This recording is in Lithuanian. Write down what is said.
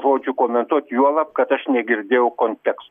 žodžių komentuot juolab kad aš negirdėjau konteksto